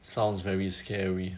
sounds very scary